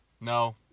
No